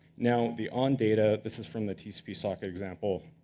now, the on data, this is from the tcp sock example.